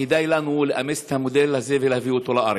כדאי לנו לאמץ את המודל הזה ולהביא אותו לארץ.